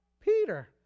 Peter